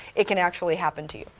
it can actually happen to you.